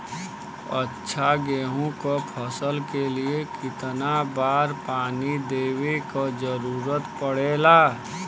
अच्छा गेहूँ क फसल के लिए कितना बार पानी देवे क जरूरत पड़ेला?